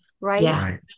Right